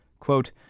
Quote